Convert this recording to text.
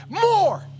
more